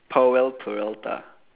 powell-peralta